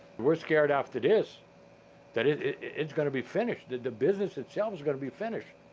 we're scared after this that its its gonna be finished, that the business itself is gonna be finished.